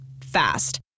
Fast